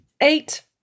Eight